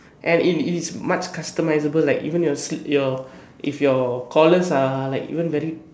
and it it is much customizable like even your your if your collars are like even very